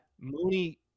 Mooney